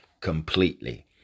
completely